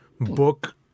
book